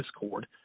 discord